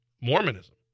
Mormonism